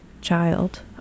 child